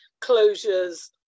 closures